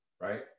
right